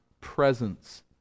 presence